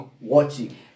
watching